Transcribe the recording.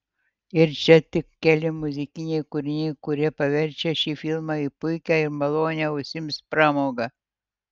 ir čia tik keli muzikiniai kūriniai kurie paverčia šį filmą į puikią ir malonią ausims pramogą